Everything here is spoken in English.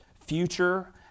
future